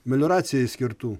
melioracijai skirtų